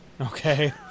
okay